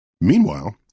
Meanwhile